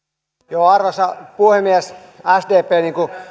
puolipäiväisenä arvoisa puhemies sdp